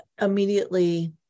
immediately